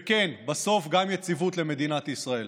וכן, בסוף גם יציבות למדינת ישראל.